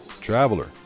traveler